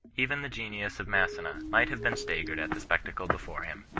even the genius of massena might have been staggered at the spectacle before him.